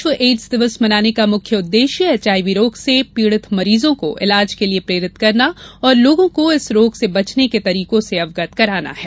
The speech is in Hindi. विश्व एड्स दिवस मनाने का मुख्य उद्देश्य एचआईवी रोग से पीड़ित मरीजों को ईलाज के लिए प्रेरित करना और लोगों को इस रोक से बचने के तरीकों से अवगत कराना है